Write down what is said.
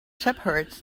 shepherds